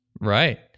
Right